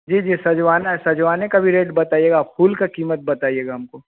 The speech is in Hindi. जी जी सजवाना है सजवाने का भी रेट बताइएगा फुल की कीमत बताइएगा हमको